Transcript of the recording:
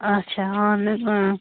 آچھا اہن حظ